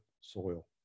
soil